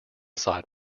side